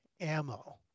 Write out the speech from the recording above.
ammo